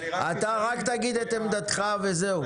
אתה רק תגיד את עמדתך וזהו.